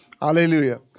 Hallelujah